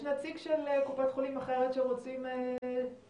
יש נציג של קופת חולים אחרים שרוצים להצטרף